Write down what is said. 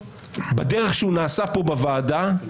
בדרך שהוא נעשה פה בוועדה,